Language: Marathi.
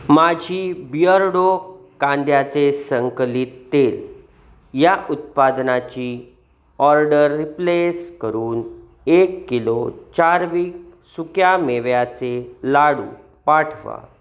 माझी बिअर्डो कांद्याचे संकलित तेल या उत्पादनाची ऑर्डर रिप्लेस करून एक किलो चार्विक सुक्यामेव्याचे लाडू पाठवा